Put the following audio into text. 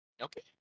okay